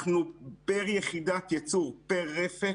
פר יחידת ייצור, פר רפת,